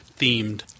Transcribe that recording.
themed